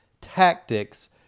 tactics